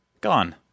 gone